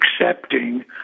accepting